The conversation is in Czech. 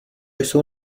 jsou